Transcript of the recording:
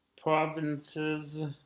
provinces